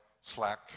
Slack